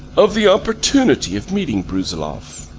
of the opportunity of meeting brusiloff.